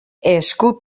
esku